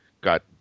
got